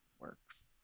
works